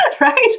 Right